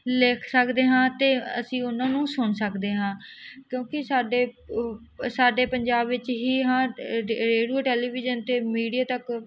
ਲਿਖ ਸਕਦੇ ਹਾਂ ਅਤੇ ਅਸੀਂ ਉਹਨਾਂ ਨੂੰ ਸੁਣ ਸਕਦੇ ਹਾਂ ਕਿਉਂਕਿ ਸਾਡੇ ਸਾਡੇ ਪੰਜਾਬ ਵਿੱਚ ਹੀ ਹਾਂ ਰੇਡੀਓ ਟੈਲੀਵਿਜ਼ਨ ਅਤੇ ਮੀਡੀਆ ਤੱਕ